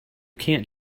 can’t